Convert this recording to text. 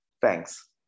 Thanks